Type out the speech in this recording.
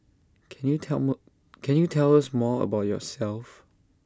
can you tell more can you tell us more about yourself